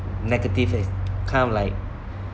negative ef~ kind of like